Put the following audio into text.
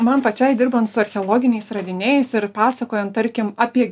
man pačiai dirbant su archeologiniais radiniais ir pasakojant tarkim apie